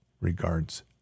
Regards